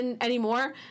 anymore